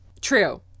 True